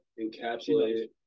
encapsulate